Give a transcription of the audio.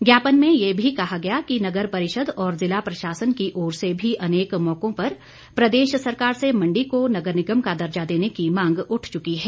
ज्ञापन में ये भी कहा गया कि नगर परिषद और जिला प्रशासन की ओर से भी अनेक मौकों पर प्रदेश सरकार से मण्डी को नगर निगम का दर्जा देने की मांग उठ चुकी है